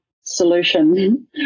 solution